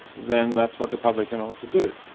then that's what the publican ought to do.